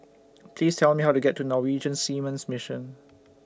Please Tell Me How to get to Norwegian Seamen's Mission